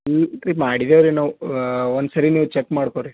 ಹ್ಞೂ ರೀ ಮಾಡಿದ್ದೇವೆ ರೀ ನಾವು ಒಂದ್ಸರ್ತಿ ನೀವು ಚೆಕ್ ಮಾಡ್ಕೊ ರೀ